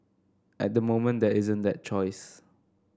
at the moment there isn't that choice